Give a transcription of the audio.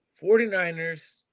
49ers